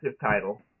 title